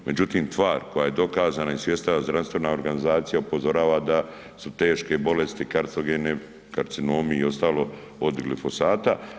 Međutim tvar koja je dokazana i Svjetska zdravstvena organizacija upozorava da su teške bolesti karcinogene, karcinomi i ostalo od glifosata.